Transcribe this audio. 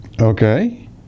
Okay